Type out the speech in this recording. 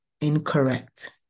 incorrect